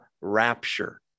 rapture